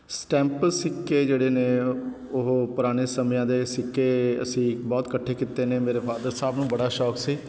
stamp ਸਿੱਕੇ ਜਿਹੜੇ ਨੇ ਉਹ ਪੁਰਾਣੇ ਸਮਿਆਂ ਦੇ ਸਿੱਕੇ ਅਸੀਂ ਬਹੁਤ ਇਕੱਠੇ ਕੀਤੇ ਨੇ ਮੇਰੇ ਫਾਦਰ ਸਾਹਿਬ ਨੂੰ ਬੜਾ ਸ਼ੌਂਕ ਸੀ